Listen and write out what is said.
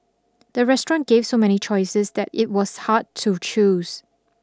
the restaurant gave so many choices that it was hard to choose